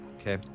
Okay